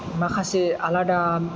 माखासे आलादा